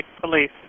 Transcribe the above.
Police